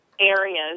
areas